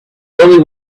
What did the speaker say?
only